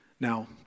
Now